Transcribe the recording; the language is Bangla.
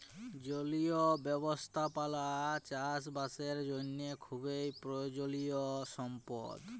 জলীয় ব্যবস্থাপালা চাষ বাসের জ্যনহে খুব পরয়োজলিয় সম্পদ